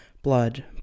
Blood